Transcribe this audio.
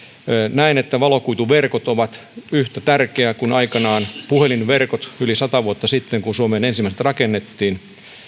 näen että valokuituverkot ovat yhtä tärkeät kuin aikoinaan puhelinverkot yli sata vuotta sitten kun suomeen ensimmäiset rakennettiin